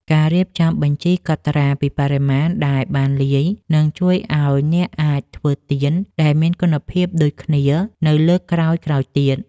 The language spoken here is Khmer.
ការរៀបចំបញ្ជីកត់ត្រាពីបរិមាណដែលបានលាយ នឹងជួយឱ្យអ្នកអាចធ្វើទៀនដែលមានគុណភាពដូចគ្នានៅលើកក្រោយៗទៀត។